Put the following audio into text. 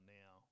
now